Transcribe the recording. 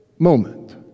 Moment